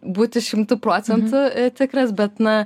būti šimtu procentų tikras bet na